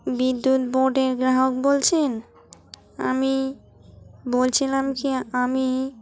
বিদ্যুৎ বোর্ডের গ্রাহক বলছেন আমি বলছিলাম কি আমি